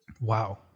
Wow